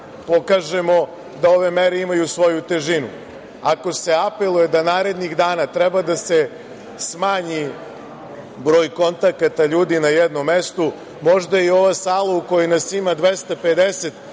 pokažemo da ove mere imaju svoju težinu. Ako se apeluje da narednih dana treba da se smanji broj kontakata ljudi na jednom mestu, možda i ova sala u kojoj nas ima 250,